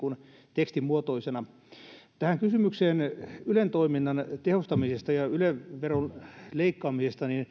tekstimuotoisena sitten kysymykseen ylen toiminnan tehostamisesta ja yle veron leikkaamisesta